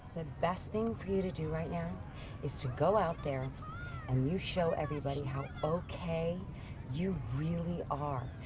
the best thing for you to do right now is to go out there and you show everybody how okay you really are,